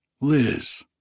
Liz